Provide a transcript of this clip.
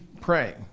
praying